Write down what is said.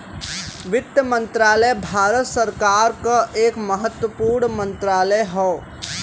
वित्त मंत्रालय भारत सरकार क एक महत्वपूर्ण मंत्रालय हौ